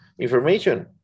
information